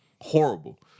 Horrible